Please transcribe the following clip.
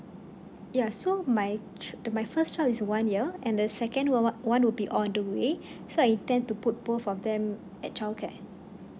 ya so my tr~ my first child is one year and the second one one would be all the way so I tend to put both of them at childcare